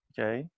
Okay